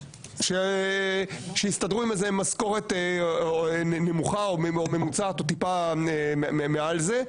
שיסתדרו עם משכורת נמוכה או ממוצעת או טיפה מעל זה,